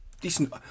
decent